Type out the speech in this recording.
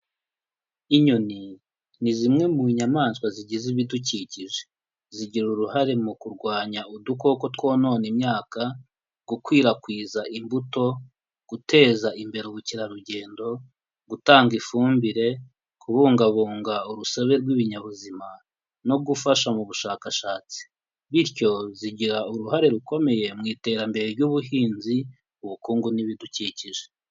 Inyoni ni zimwe mu nyamaswa zigize ibidukikije, zigira uruhare mu kurwanya udukoko twonona imyaka, gukwirakwiza imbuto guteza imbere ubukerarugendo, gutanga ifumbire kubungabunga urusobe rw'ibinyabuzima no gufasha mu bushakashatsi, bityo zigira uruhare rukomeye mu iterambere ry'ubuhinzi, ubukungu n'ibidukikije.